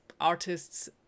artists